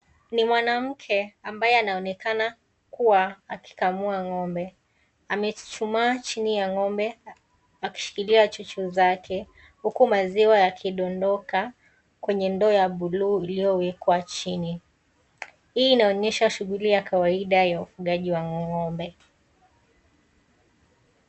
Ni mwanamke ambaye anaonekana kuwa akikamua ng'ombe. Amechuchumaa chini ya ng'ombe akishikilia chuchu zake huku maziwa yakidondoka kwenye ndoo ya buluu iliyowekwa chini. Hii inaonyesha shughuli ya kawaida ya ufugaji wa ng'ombe.